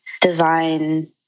design